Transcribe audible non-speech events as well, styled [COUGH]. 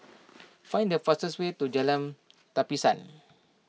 [NOISE] find the fastest way to Jalan Tapisan